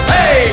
Hey